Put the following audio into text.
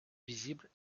visible